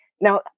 now